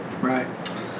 right